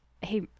Hey